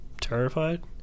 terrified